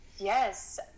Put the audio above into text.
Yes